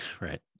right